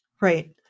Right